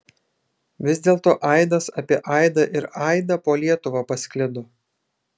vis dėlto aidas apie aidą ir aidą po lietuvą pasklido